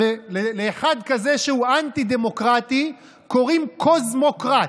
לאחד כזה שהוא אנטי-דמוקרטי קוראים קוסמוקרט.